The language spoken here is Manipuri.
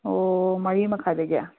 ꯑꯣ ꯃꯔꯤ ꯃꯈꯥꯏꯗꯒꯤ